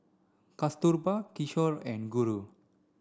Kasturba Kishore and Guru